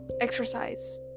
exercise